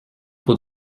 trop